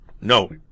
No